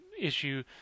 issue